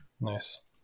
Nice